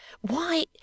Why